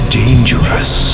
dangerous